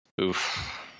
Oof